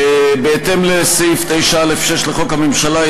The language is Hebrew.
בהתאם לסעיף 9(א)(6) לחוק הממשלה,